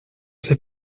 ses